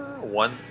one